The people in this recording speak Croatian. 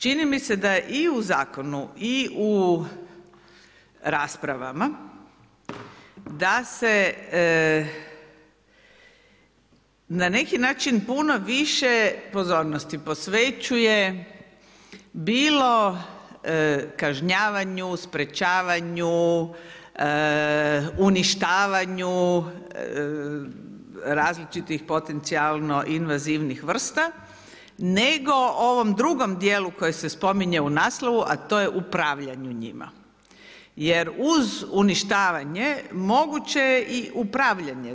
Čini mi se da je i u zakonu i u raspravama da se na neki način puno više pozornosti posvećuje bilo kažnjavanju, sprečavanju, uništavanju različitih potencijalno invazivnih vrsta nego ovom drugom dijelu koji se spominje u naslovu, a to je upravljanju njima jer uz uništavanje moguće je i upravljanje.